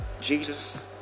Jesus